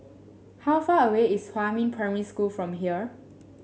how far away is Huamin Primary School from here